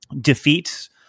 defeats